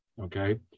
okay